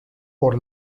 por